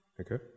okay